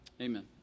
amen